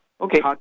Okay